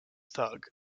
thug